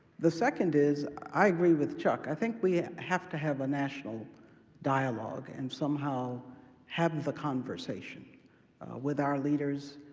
the second is i agree with chuck. i think we have to have a national dialogue, and somehow have the conversation with our leaders,